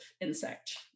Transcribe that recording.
insect